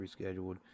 rescheduled